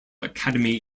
academy